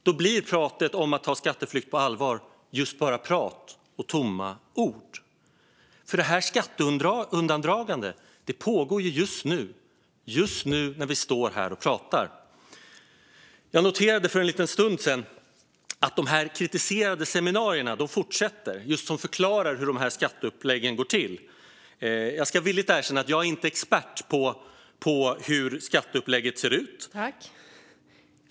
Då blir pratet om att ta skatteflykt på allvar bara just prat och tomma ord. Skatteundandragandet pågår ju just nu, just nu när vi står här och pratar. Jag noterade för en liten stund sedan att de fortsätter, de här kritiserade seminarierna som förklarar hur skatteuppläggen går till. Jag ska villigt erkänna att jag inte är expert på hur skatteuppläggen ser ut.